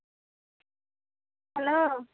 hello